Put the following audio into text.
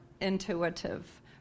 intuitive